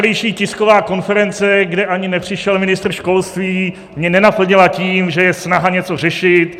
Včerejší tisková konference, kde ani nepřišel ministr školství, mě nenaplnila tím, že je snaha něco řešit.